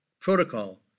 protocol